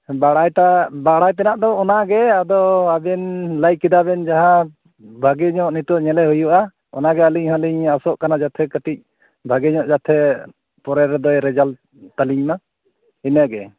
ᱵᱟᱲᱟᱭ ᱛᱮᱱᱟ ᱫᱚ ᱚᱱᱟᱜᱮ ᱟᱫᱚ ᱟᱵᱮᱱ ᱞᱟᱹᱭ ᱠᱮᱫᱟ ᱵᱮᱱ ᱡᱟᱦᱟ ᱵᱷᱟᱜᱮ ᱧᱚᱜ ᱱᱤᱛᱚᱜ ᱧᱮᱞᱮ ᱦᱩᱭᱩᱼᱟ ᱚᱱᱟᱜᱮ ᱟᱹᱞᱤᱧ ᱦᱚᱞᱤᱧ ᱟᱥᱚᱜ ᱠᱟᱱᱟ ᱡᱟᱛᱮ ᱠᱟᱹᱴᱤᱡ ᱵᱷᱟᱜᱮ ᱧᱚᱜ ᱡᱟᱛᱮ ᱯᱚᱨᱮ ᱨᱮᱫᱚᱭ ᱨᱮᱡᱟᱞᱴ ᱛᱟᱹᱞᱤᱧ ᱢᱟ ᱤᱱᱟᱹᱜᱮ